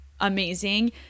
amazing